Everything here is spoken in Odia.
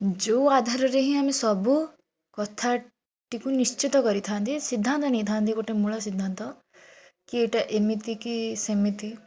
ଯୋଉ ଆଧାରରେ ହିଁ ଆମେ ସବୁ କଥାଟି କୁ ନିଶ୍ଚିତ କରିଥାଆନ୍ତି ସିଦ୍ଧାନ୍ତ ନେଇଥାନ୍ତି ଗୋଟେ ମୂଳ ସିଦ୍ଧାନ୍ତ କି ଏଟା ଏମିତି କି ସେମିତି